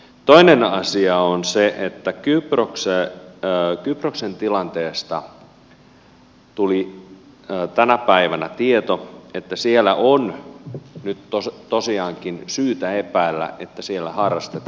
toinen asia on se että kyproksen tilanteesta tuli tänä päivänä tieto että siellä on tosiaankin syytä epäillä että siellä harrastetaan rahanpesua